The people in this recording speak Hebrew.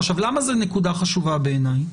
עכשיו, למה זו נקודה חשובה בעיניי?